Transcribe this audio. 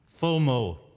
FOMO